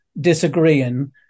disagreeing